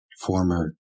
former